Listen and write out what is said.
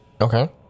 Okay